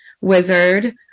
wizard